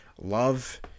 Love